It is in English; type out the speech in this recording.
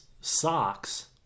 socks